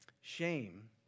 Shame